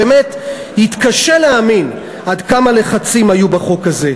באמת יתקשה להאמין כמה לחצים היו בחוק הזה.